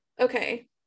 okay